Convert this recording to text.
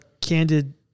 candid